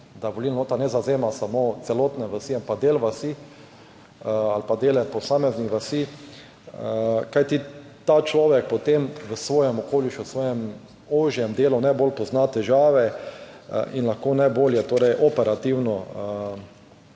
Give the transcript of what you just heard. da volilna enota ne zavzema samo celotne vasi, ampak del vasi ali pa dele posameznih vasi. Kajti ta človek potem v svojem okolišu, v svojem ožjem delu najbolj pozna težave in lahko najbolje operativno